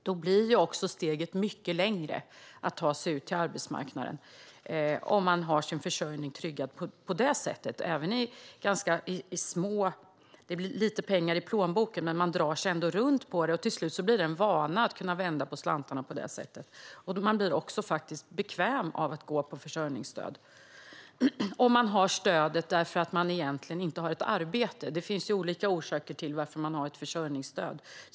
Om man har sin försörjning tryggad på detta sätt blir steget att ta sig ut på arbetsmarknaden mycket längre. Det blir lite pengar i plånboken, men man drar sig ändå runt på det. Till slut blir det en vana att vända på slantarna på det sättet. Man blir också bekväm av att gå på försörjningsstöd om man har stödet därför att man inte har ett arbete. Det finns ju olika orsaker till att man har försörjningsstöd.